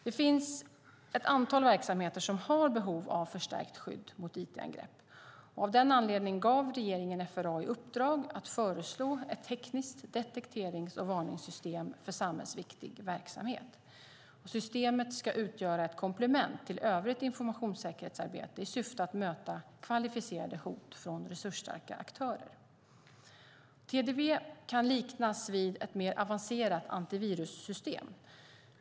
Det finns ett antal verksamheter som har behov av ett förstärkt skydd mot it-angrepp. Av den anledningen gav regeringen FRA i uppdrag att föreslå ett tekniskt detekterings och varningssystem för samhällsviktig verksamhet. Systemet ska utgöra ett komplement till övrigt informationssäkerhetsarbete i syfte att möta kvalificerade hot från resursstarka aktörer. TDV kan liknas vid ett mer avancerat antivirussystem.